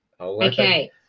Okay